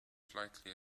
slightly